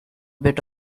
bit